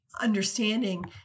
understanding